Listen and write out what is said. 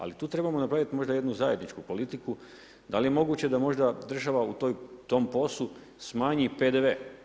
Ali, tu trebamo napraviti možda jednu zajedničku politiku, ali je moguće da možda država u tom poslu smanji PDV?